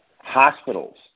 hospitals